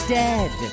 dead